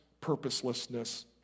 purposelessness